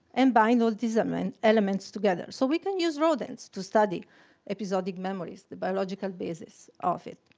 and bind all these um and elements together. so we can use rodents to study episodic memories, the biological basis of it.